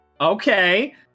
Okay